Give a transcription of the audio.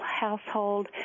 household